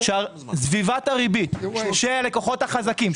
שסביבת הריבית של הלקוחות החזקים,